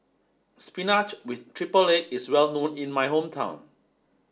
spinach with triple egg is well known in my hometown